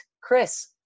Chris